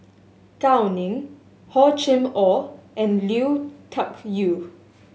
Gao Ning Hor Chim Or and Lui Tuck Yew